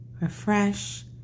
refresh